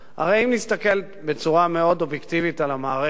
הרי אם נסתכל בצורה מאוד אובייקטיבית על המערכת,